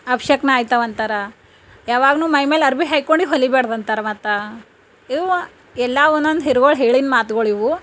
ಅಪಶಕುನ ಆಯ್ತಾವಂತಾರ ಯಾವಾಗಲೂ ಮೈಮೇಲೆ ಅರ್ವಿ ಹಾಕ್ಕೊಂಡೆ ಹೊಲಿಬಾರ್ದಂತಾರೆ ಮತ್ತು ಇವು ಎಲ್ಲ ಒಂದೊಂದು ಹಿರುಗಳು ಹೇಳಿದ್ದ ಮಾತುಗಳಿವು